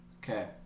Okay